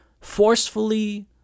forcefully